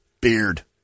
Beard